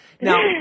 Now